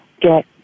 get